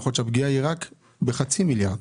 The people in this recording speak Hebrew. יכול להיות שהפגיעה היא רק בחצי מיליארד.